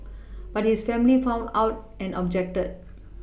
but his family found out and objected